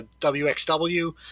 WXW